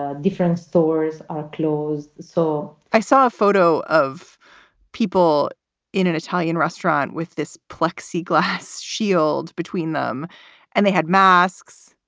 ah different stores are closed so i saw a photo of people in an italian restaurant with this plexiglass shields between them and they had masks.